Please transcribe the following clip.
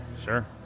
Sure